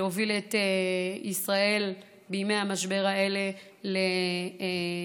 ולהוביל את ישראל בימי המשבר האלה להמשך